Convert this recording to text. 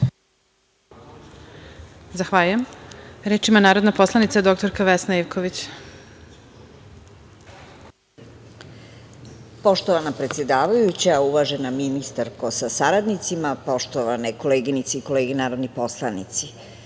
Zahvaljujem. Reč ima narodna poslanica dr Vesna Ivković. **Vesna Ivković** Poštovana predsedavajuća, uvažena ministarko sa saradnicima, poštovane koleginice i kolege narodni poslanici,